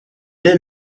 est